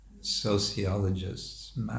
Sociologists